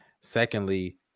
Secondly